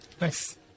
Nice